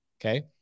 Okay